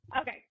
Okay